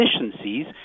efficiencies